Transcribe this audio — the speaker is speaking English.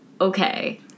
Okay